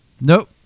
Nope